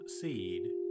seed